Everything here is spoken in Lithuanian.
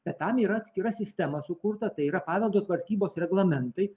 bet tam yra atskira sistema sukurta tai yra paveldo tvarkybos reglamentai